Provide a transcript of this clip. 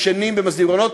ישנים במסדרונות,